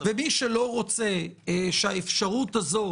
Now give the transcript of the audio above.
מי שלא רוצה את האפשרות הזו,